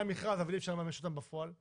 המכרז אבל אי אפשר לממש אותם בפועל ולכן,